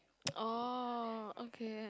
oh okay